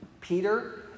Peter